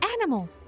animal